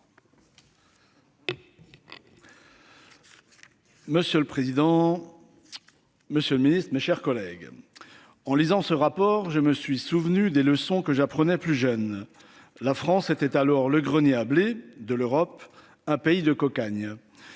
Monsieur le président. Monsieur le Ministre, mes chers collègues. En lisant ce rapport, je me suis souvenu des leçons que j'apprenais plus jeune. La France était alors le grenier à blé de l'Europe un pays de cocagne.